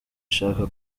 ishaka